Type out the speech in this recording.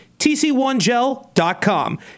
TC1Gel.com